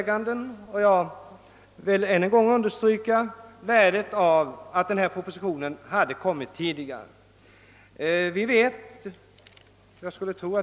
Jag vill därför ännu en gång understryka att det hade varit av värde om denna proposition hade kommit tidigare.